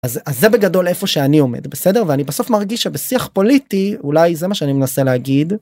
אז זה בגדול איפה שאני עומד בסדר ואני בסוף מרגיש שבשיח פוליטי אולי זה מה שאני מנסה להגיד.